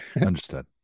Understood